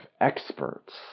experts